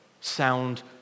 Sound